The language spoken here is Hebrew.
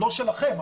לא שלכם,